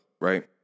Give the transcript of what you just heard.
right